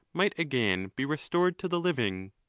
might again be restored to the living.